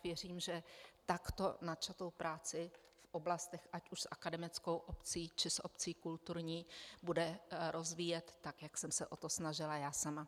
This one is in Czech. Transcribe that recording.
Věřím, že takto načatou práci v oblastech ať už s akademickou obcí, či s obcí kulturní bude rozvíjet tak, jak jsem se o to snažila já sama.